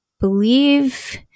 believe